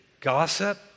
gossip